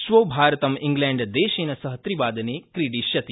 श्वो भारतं इण्ग्लैण्डदेशेन सह त्रिवादने क्रीडिष्यति